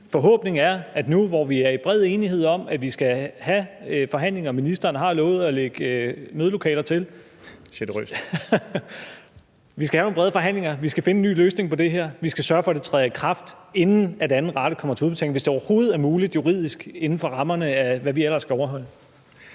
er derfor, vi nu, hvor der er bred enighed om, at vi skal have nogle brede forhandlinger, og ministeren har lovet at lægge mødelokaler til (Morten Messerschmidt (DF): Generøst.) skal finde en ny løsning på det her, vi skal sørge for, at det træder i kraft, inden anden rate kommer til udbetaling, hvis det overhovedet er muligt rent juridisk inden for rammerne af, hvad vi ellers skal overholde.